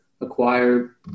acquire